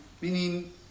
meaning